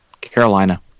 Carolina